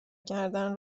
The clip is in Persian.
کردن